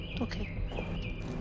Okay